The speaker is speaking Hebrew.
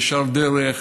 ישר דרך,